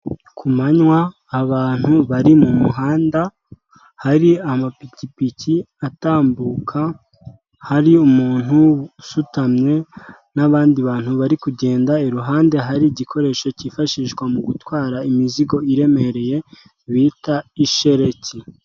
Ku manywa abantu bari mu muhanda, hari amapikipiki atambuka, hari umuntu usutamye n'abandi bantu bari kugenda; iruhande hari igikoresho cyifashishwa mu gutwara imizigo iremereye bita ishereki.